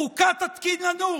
חוקה תתקין לנו?